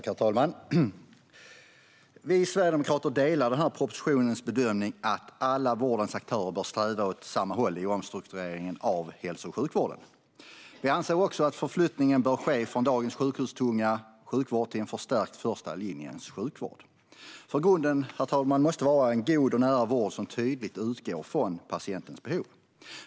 Herr talman! Vi Sverigedemokrater delar den här propositionens bedömning, att alla vårdens aktörer bör sträva åt samma håll i omstruktureringen av hälso och sjukvården. Vi anser också att förflyttningen bör ske från dagens sjukhustunga sjukvård till en förstärkt första linjens sjukvård. Grunden måste vara en god och nära vård som tydligt utgår från patientens behov.